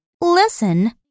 Listen